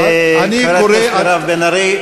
אני קורא, חברת הכנסת מירב בן ארי.